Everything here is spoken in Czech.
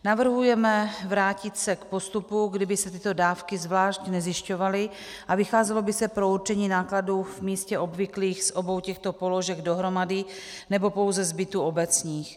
Navrhujeme vrátit se k postupu, kdy by se tyto dávky zvlášť nezjišťovaly a vycházelo by se pro určení nákladů v místě obvyklých z obou těchto položek dohromady, nebo pouze z bytů obecních.